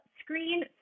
screen